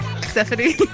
Stephanie